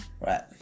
Right